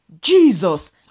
Jesus